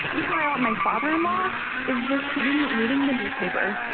meanwhile, my father-in-law is just sitting, reading the newspaper,